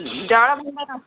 ଜଳଭଣ୍ଡାର ଅଛି